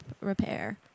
repair